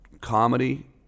comedy